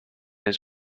his